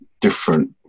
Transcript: different